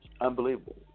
Unbelievable